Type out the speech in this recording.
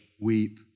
weep